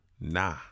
Nah